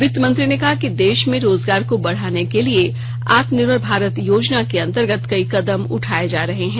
वित्त मंत्री ने कहा कि देश में रोजगार को बढाने के लिए आत्मनिर्भर भारत योजना के अन्तर्गत कई कदम उठाये जा रहे हैं